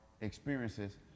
experiences